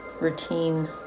routine